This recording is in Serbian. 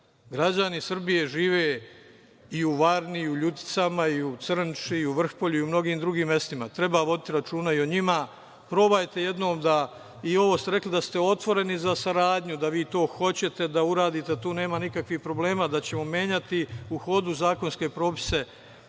građani Srbije žive i u Varni i u Ljuticama i u Crnči i u Vrhpolju i u mnogim drugim mestima. Treba voditi računa i o njima. Rekli ste da ste otvoreni za saradnju, da vi to hoćete da uradite, da tu nema nikakvih problema, da ćemo menjati u hodu zakonske propise.